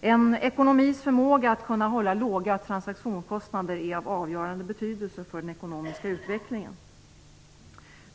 En ekonomis förmåga att kunna hålla låga transaktionskostnader är av avgörande betydelse för den ekonomiska utvecklingen.